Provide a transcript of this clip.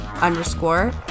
underscore